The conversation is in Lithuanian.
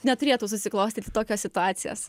neturėtų susiklostyti tokios situacijos